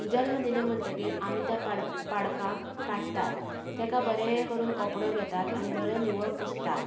जल्म दिले म्हणटगीर आमी त्या पाड पाडकाक काडटात ताका बरें करून कपडो घेतात आनी बरें निवळ पुसतात